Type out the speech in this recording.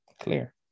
Clear